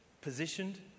positioned